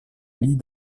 lie